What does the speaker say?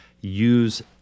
use